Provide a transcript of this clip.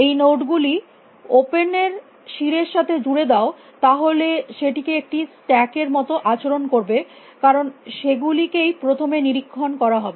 এই নোড গুলি গুলিকে ওপেন এর শিরের সাথে জুড়ে দাও তাহলে সেটি একটি স্ট্যাক এর মত আচরণ করবে কারণ সেগুলি কেই প্রথমে নিরীক্ষণ করা হবে